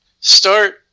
Start